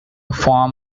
form